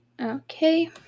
Okay